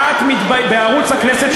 בערוץ הכנסת,